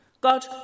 God